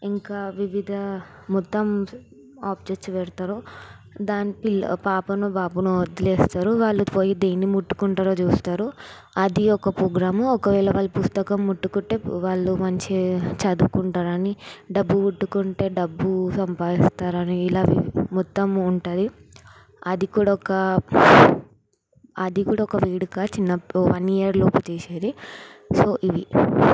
ఇంకా వివిధ మొత్తం ఆప్ తెచ్చి పెడతారు దానికి పిల్ల పాపనో బాబునో వదిలేస్తారు వాళ్ళు పోయి దేన్ని ముట్టుకుంటారో చూస్తారు అది ఒక పోగ్రాం ఒకవేళ వాళ్ళు పుస్తకం ముట్టుకుంటే వాళ్ళు మంచిగా చదువుకుంటారని డబ్బు ముట్టుకుంటే డబ్బు సంపాదిస్తారని ఇలా మొత్తం ఉంటుంది అది కూడా ఒక అది కూడా ఒక వేడుక చిన్నప్పుడు వన్ ఇయర్ లోపు చేసేది సో ఇది